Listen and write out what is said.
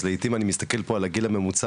אז לעיתים אני מסתכל פה על הגיל הממוצע